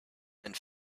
and